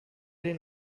den